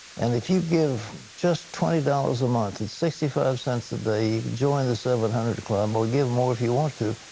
and if you give just twenty dollars a month, and sixty five cents a day, join the seven hundred club. or give more if you want to.